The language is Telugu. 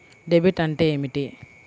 డెబిట్ అంటే ఏమిటి?